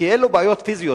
כי אין לו בעיות פיזיות,